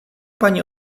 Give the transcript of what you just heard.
pani